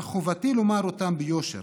אך חובתי לומר אותם ביושר,